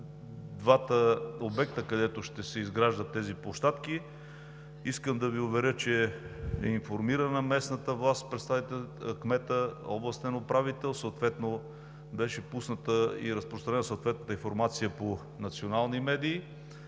двата обекта, където ще се изграждат тези площадки, искам да Ви уверя, че е информирана местната власт – кмет, областен управител. Пусната и разпространена беше съответната информация по национални медии.